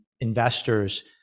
investors